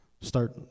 start